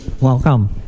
Welcome